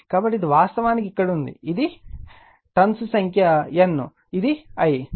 కాబట్టి ఇది వాస్తవానికి ఇక్కడ ఉంది ఇది టర్న్స్ సంఖ్య N ఇది I